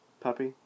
puppy